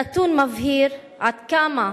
הנתון מבהיר עד כמה,